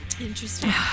Interesting